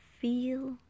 feel